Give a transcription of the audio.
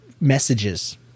messages